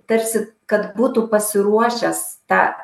tarsi kad būtų pasiruošęs tą